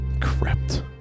crept